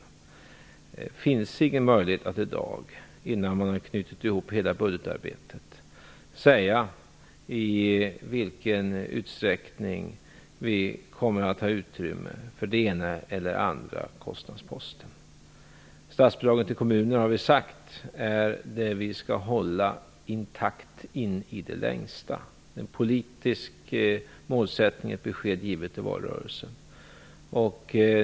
Det finns ingen möjlighet att i dag, innan man har knytit ihop hela budgetarbetet, säga i vilken utsträckning vi kommer att ha utrymme för den ena eller den andra kostnadsposten. Statsbidraget till kommunerna, det har vi sagt, är något som vi skall hålla intakt in i det längsta. Det är en politisk målsättning och ett besked givet i valrörelsen.